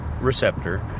receptor